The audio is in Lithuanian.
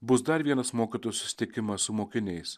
bus dar vienas mokytojo susitikimas su mokiniais